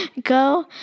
go